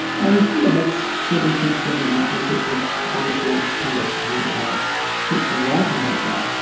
and you know makes children's fiction in all sorts of wonderful, paradoxical fictional writing out of that.